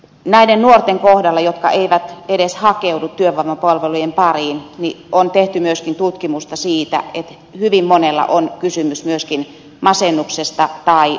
näiden nuorten kohdalla jotka eivät edes hakeudu työvoimapalvelujen pariin on tehty myöskin tutkimusta siitä että hyvin monen kohdalla on kysymys myöskin masennuksesta tai mielenterveysongelmista